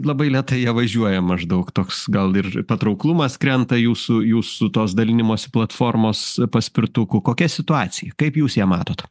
labai lėtai jie važiuoja maždaug toks gal ir patrauklumas krenta jūsų jūsų tos dalinimosi platformos paspirtukų kokia situacija kaip jūs ją matot